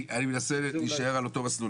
אני מנסה להישאר על אותו מסלול.